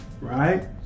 Right